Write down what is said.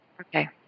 Okay